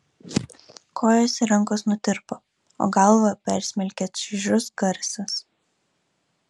kojos ir rankos nutirpo o galvą persmelkė čaižus garsas